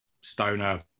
stoner